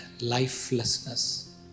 lifelessness